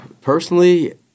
personally